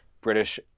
British